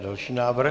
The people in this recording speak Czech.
Další návrh.